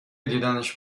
دیدنش